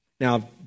Now